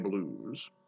Blues